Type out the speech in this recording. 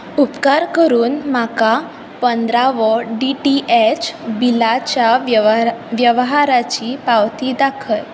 उपकार करून म्हाका पंदरवडो डी टी एच बिलाची व्यवहाराची पावती दाखय